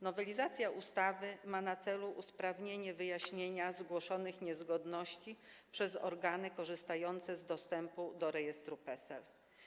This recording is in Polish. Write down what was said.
Nowelizacja ustawy ma na celu usprawnienie wyjaśniania zgłoszonych niezgodności przez organy korzystające z dostępu do rejestru PESEL.